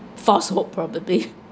false hope probably